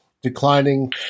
declining